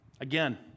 Again